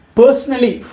personally